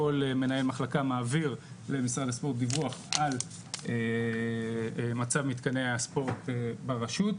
כל מנהל מחלקה מנהל למשרד הספורט דיווח על מצב מתקני הספורט ברשות.